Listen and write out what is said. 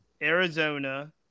Arizona